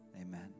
Amen